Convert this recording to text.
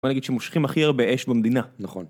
נכון להגיד שהם מושכים הכי הרבה אש במדינה. נכון.